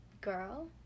girl